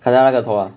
砍掉他的头 ah